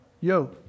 Yo